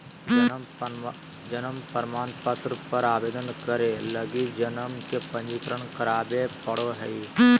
जन्म प्रमाण पत्र आवेदन करे लगी जन्म के पंजीकरण करावे पड़ो हइ